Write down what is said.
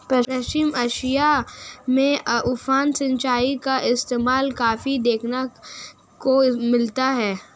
पश्चिम Asia में उफान सिंचाई का इस्तेमाल काफी देखने को मिलता है